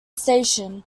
station